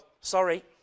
sorry